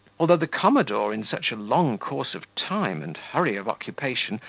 although the commodore, in such a long course of time and hurry of occupation,